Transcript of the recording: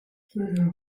die